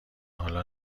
حالا